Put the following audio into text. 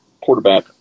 quarterback